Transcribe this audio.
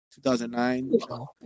2009